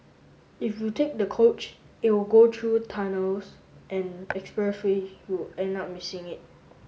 if you take the coach it will go through tunnels and expressways you end up missing it